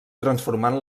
transformant